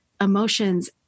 emotions